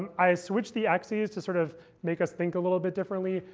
i switched the axes to sort of make us think a little bit differently.